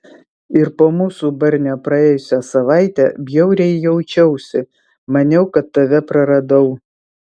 ir po mūsų barnio praėjusią savaitę bjauriai jaučiausi maniau kad tave praradau